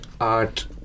art